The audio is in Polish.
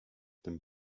tym